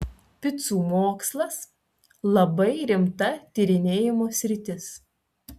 picų mokslas labai rimta tyrinėjimo sritis